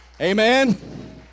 Amen